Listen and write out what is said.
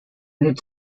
its